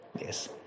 Yes